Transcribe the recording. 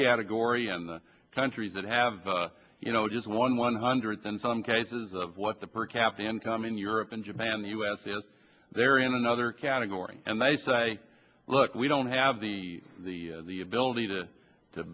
category and the countries that have you know just one one hundredth in some cases of what the per capita income in europe and japan the u s is there in another category and they say look we don't have the the the ability to to